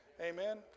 Amen